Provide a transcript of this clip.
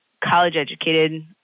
college-educated